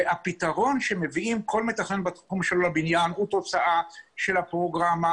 הפתרון שמביא כל מתכנן בתחום הבנייה הוא תוצאה של הפרוגרמה